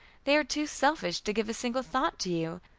they are too selfish to give a single thought to you,